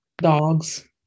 Dogs